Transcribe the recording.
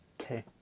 Okay